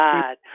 God